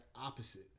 opposite